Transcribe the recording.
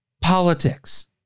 politics